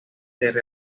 realiza